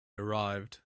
arrived